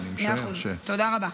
תודה רבה.